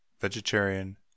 Vegetarian